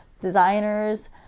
designers